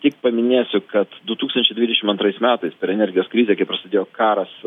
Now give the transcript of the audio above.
tik paminėsiu kad du tūkstančiai dvidešimt antrais metais per energijos krizę kai prasidėjo karas